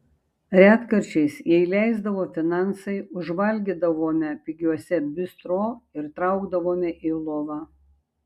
retkarčiais jei leisdavo finansai užvalgydavome pigiuose bistro ir traukdavome į lovą